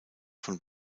von